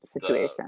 situation